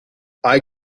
eye